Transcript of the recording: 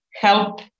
help